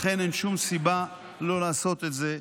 לכן אין שום סיבה לא לעשות את זה,